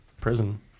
prison